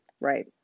right